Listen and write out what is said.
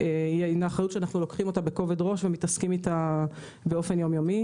זו אחריות שאנחנו לוקחים בכובד ראש ומתעסקים איתה באופן יום-יומי.